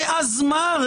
אז מה?